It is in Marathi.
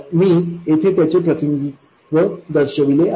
मी येथे त्याचे प्रतिनिधित्व दर्शविले आहे